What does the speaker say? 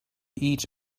each